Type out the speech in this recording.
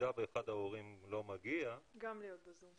במידה ואחד ההורים לא מגיע, גם להיות ב-זום.